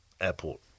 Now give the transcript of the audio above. airport